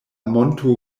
monto